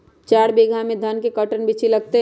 चार बीघा में धन के कर्टन बिच्ची लगतै?